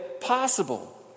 possible